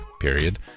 period